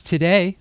Today